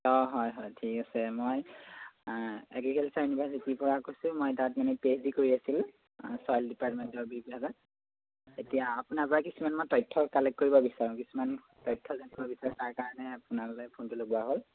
অঁ হয় হয় ঠিক আছে মই আ এগ্ৰিকালচাৰ ইউনিভাৰ্চিটিৰ পৰা কৈছোঁ মই তাত মানে পি এইচ ডি কৰি আছোঁ ছইল ডিপাৰ্টমেণ্টৰ বিভাগত এতিয়া আপোনাৰ পৰা কিছুমান তথ্য কালেক্ট কৰিব বিচাৰোঁ কিছুমান তথ্য জানিব বিচাৰোঁ তাৰ কাৰণে আপোনালোকে ফোনটো লগোৱা হ'ল